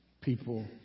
People